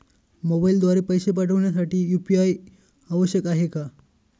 मोबाईलद्वारे पैसे पाठवण्यासाठी यू.पी.आय आवश्यक आहे का?